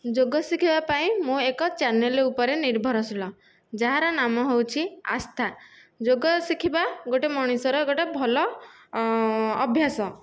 ଯୋଗ ଶିଖିବାପାଇଁ ମୁଁ ଏକ ଚ୍ୟାନେଲ ଉପରେ ନିର୍ଭରଶୀଳ ଯାହାର ନାମ ହେଉଛି ଆସ୍ଥା ଯୋଗ ଶିଖିବା ଗୋଟିଏ ମଣିଷର ଗୋଟିଏ ଭଲ ଅଭ୍ୟାସ